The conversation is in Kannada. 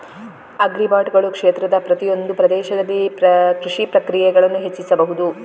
ಆಗ್ರಿಬಾಟುಗಳು ಕ್ಷೇತ್ರದ ಪ್ರತಿಯೊಂದು ಪ್ರದೇಶದಲ್ಲಿ ಕೃಷಿ ಪ್ರಕ್ರಿಯೆಗಳನ್ನು ಹೆಚ್ಚಿಸಬಹುದು